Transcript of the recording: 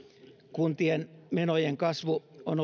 kuntien menojen kasvu on